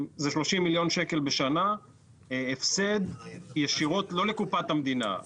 זה 30 מיליון שקלים בשנה הפסד ישירות לא לקופת המדינה,